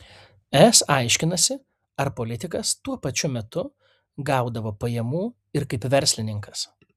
es aiškinasi ar politikas tuo pačiu metu gaudavo pajamų ir kaip verslininkas